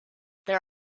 there